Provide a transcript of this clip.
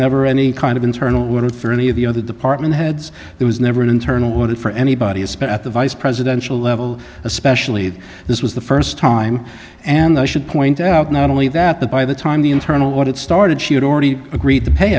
never any kind of internal word for any of the other department heads there was never an internal audit for anybody especially at the vice presidential level especially that this was the first time and i should point out not only that but by the time the internal audit started she had already agreed to pay